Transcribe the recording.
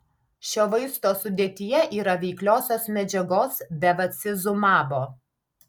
šio vaisto sudėtyje yra veikliosios medžiagos bevacizumabo